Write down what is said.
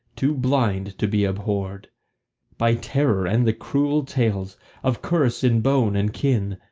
too blind to be abhorred by terror and the cruel tales of curse in bone and kin,